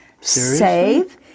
save